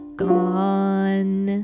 gone？